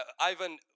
ivan